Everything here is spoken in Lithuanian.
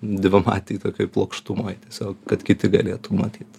dvimatėj tokioj plokštumoj tiesiog kad kiti galėtų matyt